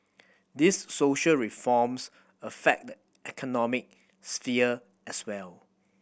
these social reforms affect the economic sphere as well